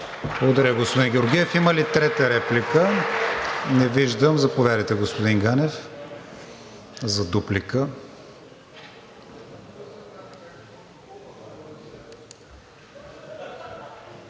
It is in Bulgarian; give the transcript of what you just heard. Благодаря Ви, господин Георгиев. Има ли трета реплика? Не виждам. Заповядайте, господин Ганев, за дуплика.